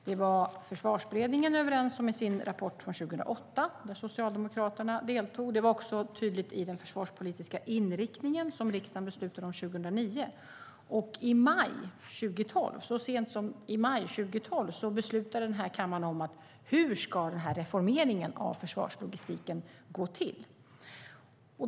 Det var man i Försvarsberedningen överens om i dess rapport från 2008, där Socialdemokraterna deltog, och det var också tydligt i den försvarspolitiska inriktning som riksdagen beslutade om 2009. Så sent som i maj 2012 beslutade den här kammaren om hur reformeringen av försvarslogistiken ska gå till.